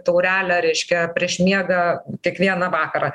taurelę reiškia prieš miegą kiekvieną vakarą